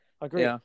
agree